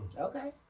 Okay